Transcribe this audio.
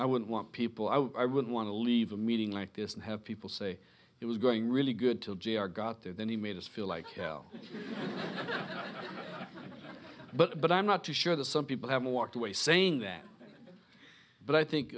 i wouldn't want people i would want to leave a meeting like this and have people say it was going really good till jr got there then he made us feel like hell but i'm not to sure that some people haven't walked away saying that but i think